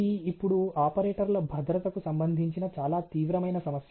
ఇది ఇప్పుడు ఆపరేటర్ల భద్రతకు సంబంధించిన చాలా తీవ్రమైన సమస్య